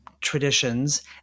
traditions